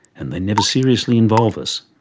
and they never seriously involve us.